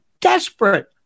desperate